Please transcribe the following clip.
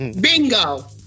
Bingo